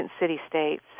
city-states